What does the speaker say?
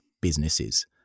businesses